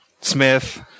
Smith